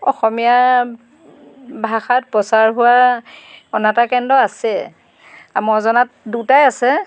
অসমীয়া ভাষাত প্ৰচাৰ হোৱা অনাতাঁৰ কেন্দ্ৰ আছে মই জনাত দুটাই আছে